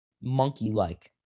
monkey-like